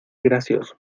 gracioso